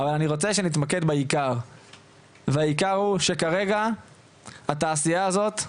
אבל אני רוצה שנתמקד בעיקר והעיקר הוא שכרגע התעשייה הזאת,